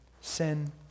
sin